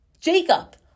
Jacob